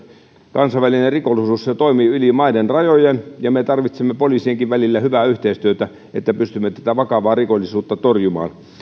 kansainvälinen rikollisuus toimii yli maiden rajojen me tarvitsemme poliisienkin välille hyvää yhteistyötä että pystymme tätä vakavaa rikollisuutta torjumaan